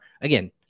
again